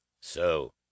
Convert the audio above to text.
So